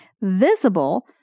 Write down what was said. visible